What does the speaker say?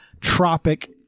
tropic